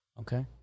Okay